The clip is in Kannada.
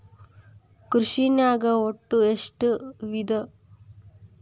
ಕೃಷಿನಾಗ್ ಒಟ್ಟ ಎಷ್ಟ ವಿಧ?